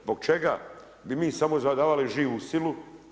Zbog čega bi mi samo zadavali živu silu?